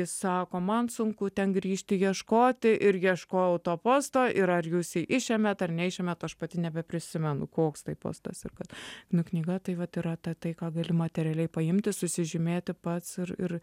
sako man sunku ten grįžti ieškoti ir ieškojau to posto ir ar jūs jį išėmėt ar neišėmėt aš pati nebeprisimenu koks tai postas ir kada na knyga tai vat yra ta tai ką gali materialiai paimti susižymėti pats ir ir